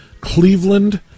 Cleveland